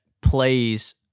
plays